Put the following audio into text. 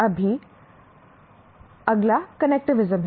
अभी अगला कनेक्टिविज्म है